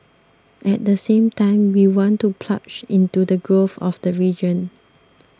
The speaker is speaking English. at the same time we want to plug into the growth of the region